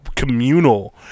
Communal